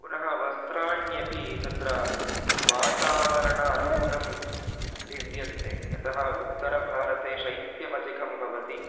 पुनः वस्त्राण्यपि तत्र वातावरणानुगुणं भिद्यन्ते यतः उत्तरभारते शैत्यमधिकं भवति